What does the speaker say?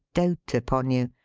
dote upon you.